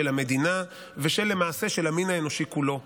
של המדינה ולמעשה של המין האנושי כולו.